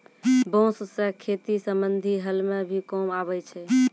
बांस सें खेती संबंधी हल म भी काम आवै छै